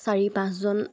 চাৰি পাঁচজন